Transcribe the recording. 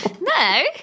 No